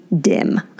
dim